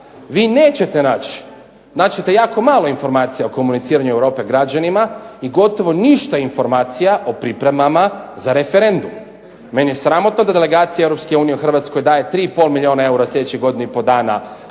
naći ćete jako malo informacija o komuniciranju Europe građanima i gotovo ništa informacija o pripremama za referendum. Meni je sramotno da delegacija EU u Hrvatskoj daje 3,5 milijuna eura sljedećih godinu i pol dana